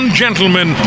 gentlemen